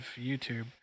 YouTube